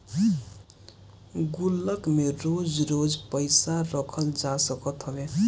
गुल्लक में रोज रोज पईसा रखल जा सकत हवे